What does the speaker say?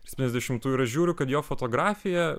septyniasdešimtųjų ir aš žiūriu kad jo fotografija